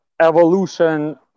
evolution